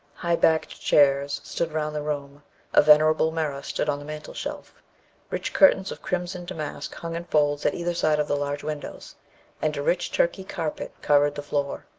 high backed chairs stood around the room a venerable mirror stood on the mantle shelf rich curtains of crimson damask hung in folds at either side of the large windows and a rich turkey carpet covered the floor.